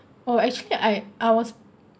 oh actually I I was